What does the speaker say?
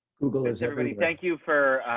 google is everybody, thank you for